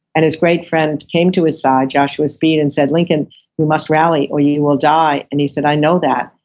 and his great friend came to his side joshua and said, lincoln you must rally or you will die and he said, i know that,